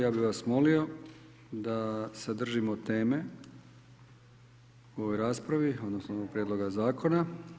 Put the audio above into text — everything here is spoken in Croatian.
Ja bih vas molio da se držimo teme u ovoj raspravi, odnosno ovog prijedloga zakona.